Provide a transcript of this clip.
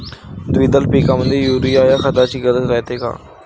द्विदल पिकामंदी युरीया या खताची गरज रायते का?